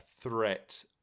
threat